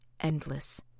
endless